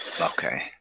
Okay